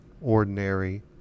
ordinary